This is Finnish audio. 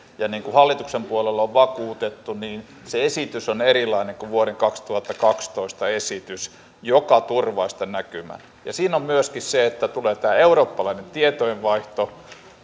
ja niin kuin hallituksen puolella on vakuutettu se esitys on erilainen kuin vuoden kaksituhattakaksitoista esitys mikä turvaa sitä näkymää siinä on myöskin se että tulee tämä eurooppalainen tietojenvaihto